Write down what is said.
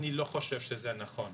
אני לא חושב שזה נכון.